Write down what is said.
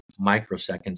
microseconds